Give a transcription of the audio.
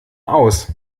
aus